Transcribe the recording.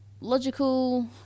logical